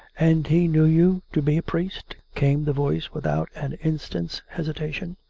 and he knew you to be a priest? came the voice with out an instant's hesitation.